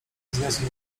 wzniosłem